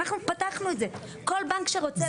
אנחנו פתחנו את זה, כל בנק שרוצה ליישם את זה.